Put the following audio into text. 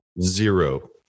Zero